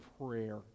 prayer